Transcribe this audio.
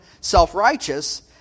self-righteous